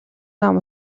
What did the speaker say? нам